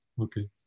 Okay